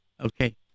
Okay